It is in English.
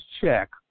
check